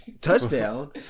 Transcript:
Touchdown